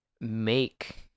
make